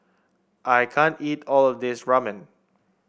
I can't eat all of this Ramen